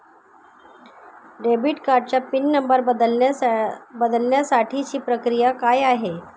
Debit कार्डचा PIN number बदलण्यासाठीची प्रक्रिया काय आहे?